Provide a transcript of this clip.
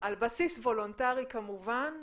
על בסיס וולונטרי כמובן,